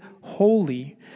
holy